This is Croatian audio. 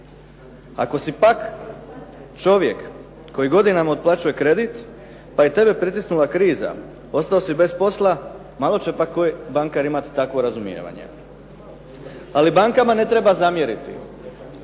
Ako si pak čovjek koji godinama otplaćuje kredit, pa je i tebe pritisnula kriza, ostalo si bez posla, malo će pak koji bankar imati takvo razumijevanje. Ali bankama ne treba zamjeriti.